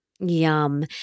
Yum